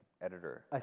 editor